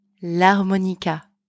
l'harmonica